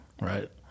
Right